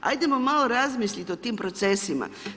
Hajdemo malo razmisliti o tim procesima.